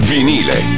Vinile